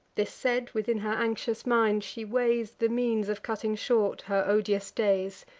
this said, within her anxious mind she weighs the means of cutting short her odious days.